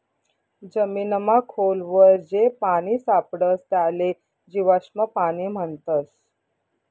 जमीनमा खोल वर जे पानी सापडस त्याले जीवाश्म पाणी म्हणतस